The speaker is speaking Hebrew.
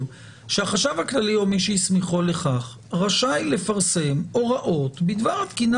שהחשב הכללי או מי שהוא הסמיך לכך רשאי לפרסם הוראות בדבר התקינה